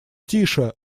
тише